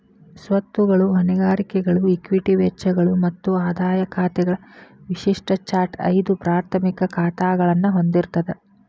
ಸ್ವತ್ತುಗಳು, ಹೊಣೆಗಾರಿಕೆಗಳು, ಇಕ್ವಿಟಿ ವೆಚ್ಚಗಳು ಮತ್ತ ಆದಾಯ ಖಾತೆಗಳ ವಿಶಿಷ್ಟ ಚಾರ್ಟ್ ಐದು ಪ್ರಾಥಮಿಕ ಖಾತಾಗಳನ್ನ ಹೊಂದಿರ್ತದ